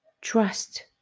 trust